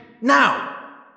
Now